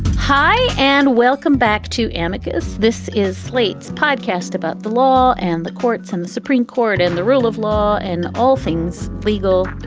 hi and welcome back to amicus. this is slate's podcast about the law and the courts and the supreme court and the rule of law and all things legal.